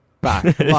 back